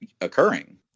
occurring